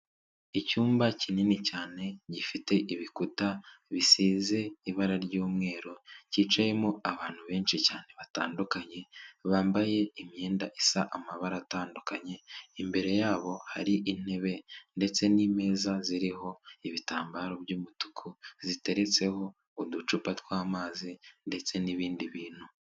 Icyumba kinini cyane gifite ibikuta bisize ibara ry'umweru cyicayemo abantu benshi cyane batandukanye bambaye imyenda isa amabara atandukanye imbere yabo hari intebe ndetse n'meza ziriho ibitambaro by'umutuku ziteretseho uducupa tw'amazi ndetse n'ibindi bintu..